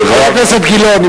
חבר הכנסת גילאון,